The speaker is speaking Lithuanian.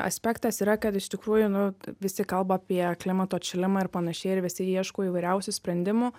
aspektas yra kad iš tikrųjų nu visi kalba apie klimato atšilimą ir panašiai ir visi ieško įvairiausių sprendimų